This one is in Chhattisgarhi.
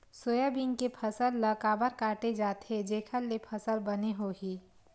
सोयाबीन के फसल ल काबर काटे जाथे जेखर ले फसल बने होही?